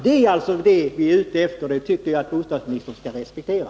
Det är vad vi är ute efter, och det tycker jag att bostadsministern skall respektera.